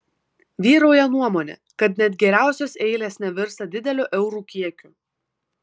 vyrauja nuomonė kad net geriausios eilės nevirsta dideliu eurų kiekiu